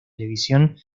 televisión